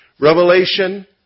Revelation